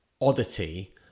oddity